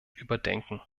überdenken